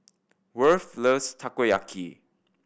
Worth loves Takoyaki